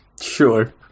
Sure